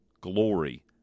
glory